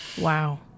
Wow